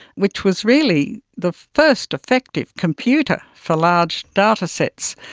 which was really the first effective computer for large datasets,